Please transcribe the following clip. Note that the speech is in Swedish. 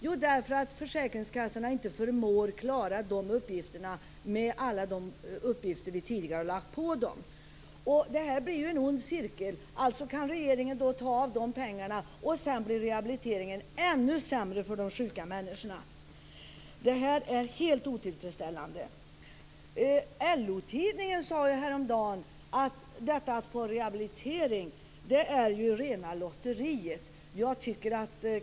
Jo, därför att försäkringskassorna inte förmår klara de uppgifterna med alla de uppgifter vi tidigare har lagt på dem. Det här blir en ond cirkel. Regeringen kan alltså ta av de pengarna, och sedan blir rehabiliteringen ännu sämre för de sjuka människorna. Det här är helt otillfredsställande. LO-tidningen skrev häromdagen att det är rena lotteriet om man får en rehabilitering eller inte.